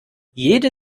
jede